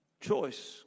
choice